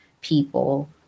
people